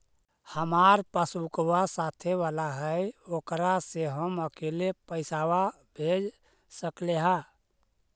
हमार पासबुकवा साथे वाला है ओकरा से हम अकेले पैसावा भेज सकलेहा?